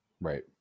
Right